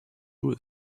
hugh